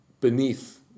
beneath